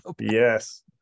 Yes